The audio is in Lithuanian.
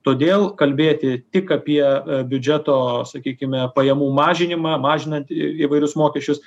todėl kalbėti tik apie biudžeto sakykime pajamų mažinimą mažinant įvairius mokesčius